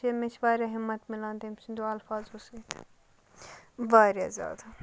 مےٚ چھِ واریاہ ہِمَت میلان تٔمۍ سٕنٛدیو اَلفاظو سۭتۍ واریاہ زیادٕ